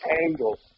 angle